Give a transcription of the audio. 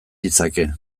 ditzake